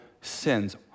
sins